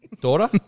daughter